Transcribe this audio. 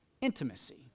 Intimacy